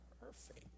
perfect